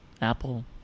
Apple